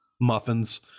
muffins